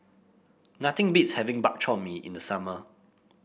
nothing beats having Bak Chor Mee in the summer